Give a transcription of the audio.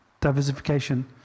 Diversification